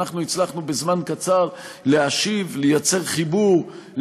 אנחנו הצלחנו בזמן קצר ליצור חיבור,